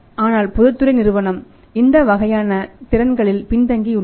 ஆனால் பொதுத்துறை நிறுவனம் இந்த வகையான திறன்களில் பின்தங்கியுள்ளது